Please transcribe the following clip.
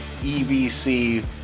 EBC